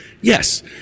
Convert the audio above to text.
yes